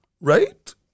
right